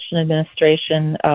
Administration